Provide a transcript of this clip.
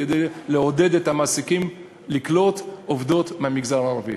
כדי לעודד את המעסיקים לקלוט עובדות מהמגזר הערבי,